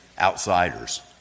outsiders